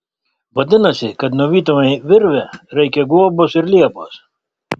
vadinasi kad nuvytumei virvę reikia guobos ir liepos